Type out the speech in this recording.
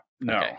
No